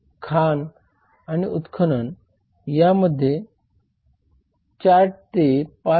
खाण आणि उत्खनन यांमध्ये 4 ते 5